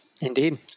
Indeed